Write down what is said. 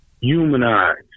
humanized